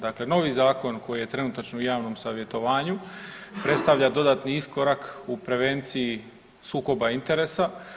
Dakle, novi zakon koji je trenutačno u javnom savjetovanju predstavlja dodatni iskorak u prevenciji sukoba interesa.